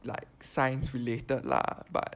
like science related lah but